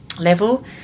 level